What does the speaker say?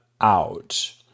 out